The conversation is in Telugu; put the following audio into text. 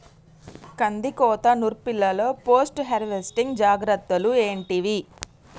కందికోత నుర్పిల్లలో పోస్ట్ హార్వెస్టింగ్ జాగ్రత్తలు ఏంటివి?